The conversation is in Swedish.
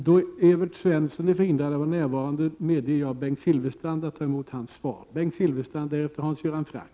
I Jörn Svenssons frånvaro medger jag att Inga Lantz får motta svaret för hans räkning.